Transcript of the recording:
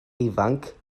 ifanc